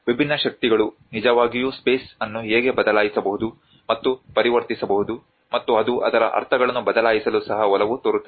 ವಿಭಿನ್ನ ಶಕ್ತಿಗಳು ನಿಜವಾಗಿಯೂ ಸ್ಪೇಸ್ ಅನ್ನು ಹೇಗೆ ಬದಲಾಯಿಸಬಹುದು ಮತ್ತು ಪರಿವರ್ತಿಸಬಹುದು ಮತ್ತು ಅದು ಅದರ ಅರ್ಥಗಳನ್ನು ಬದಲಾಯಿಸಲು ಸಹ ಒಲವು ತೋರುತ್ತದೆ